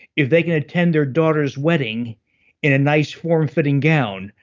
if they can attend their daughter's wedding in a nice form-fitting gown.